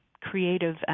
creative